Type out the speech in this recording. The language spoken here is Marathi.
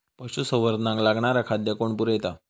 पशुसंवर्धनाक लागणारा खादय कोण पुरयता?